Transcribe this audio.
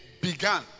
began